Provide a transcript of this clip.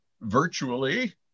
virtually